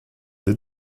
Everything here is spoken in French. des